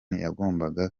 yagombaga